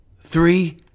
three